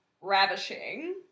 ravishing